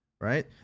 right